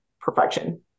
perfection